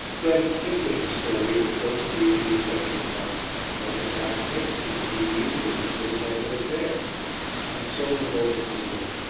then kipling's story of the ghostly indian regiment got in my head and got mixed with the mediaevalism that is always there and so the bowmen was written.